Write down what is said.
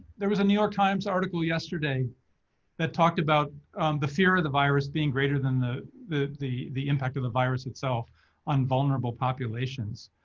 there was a new york times article yesterday that talked about the fear of the virus being greater than the the the impact of the virus itself on vulnerable populations.